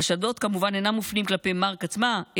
החשדות כמובן אינם מופנים כלפי מארק עצמה,